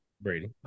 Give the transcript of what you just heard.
Brady